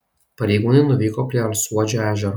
pareigūnai nuvyko prie alsuodžio ežero